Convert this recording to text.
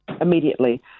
immediately